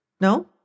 No